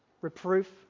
reproof